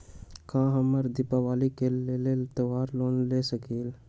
का हम दीपावली के लेल त्योहारी लोन ले सकई?